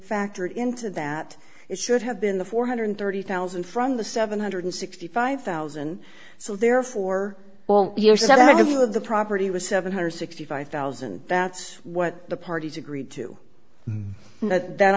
factored into that it should have been the four hundred thirty thousand from the seven hundred sixty five thousand so therefore well here several of the property was seven hundred sixty five thousand that's what the parties agreed to that then